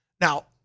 Now